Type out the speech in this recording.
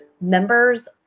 Members